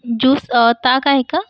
juice ताक आहे का